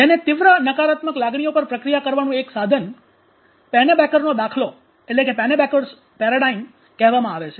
જેને તીવ્ર નકારાત્મક લાગણીઓ પર પ્રક્રિયા કરવાનું એક સાધન પેનેબેકરનો દાખલો કહેવામાં આવે છે